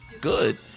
good